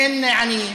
אין עניים,